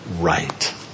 right